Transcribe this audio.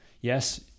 Yes